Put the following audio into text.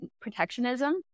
protectionism